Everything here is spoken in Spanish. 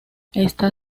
está